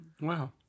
Wow